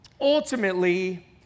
Ultimately